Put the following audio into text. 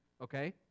okay